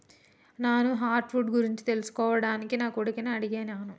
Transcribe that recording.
నాను hardwood గురించి తెలుసుకోవడానికి నా కొడుకుని అడిగాను